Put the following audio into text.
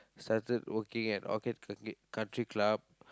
started working at Orchid c~ country club